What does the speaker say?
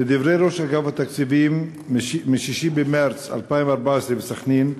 לדברי ראש אגף התקציבים מ-6 במרס 2014 בסח'נין,